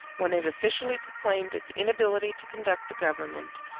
when it officially proclaimed its inability to conduct the government,